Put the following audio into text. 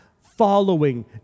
following